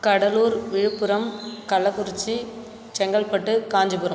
Cuddalore Villupuram Kallakurichi Chengalpattu Kanchipuram